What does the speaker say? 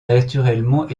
naturellement